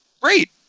great